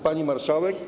Pani Marszałek!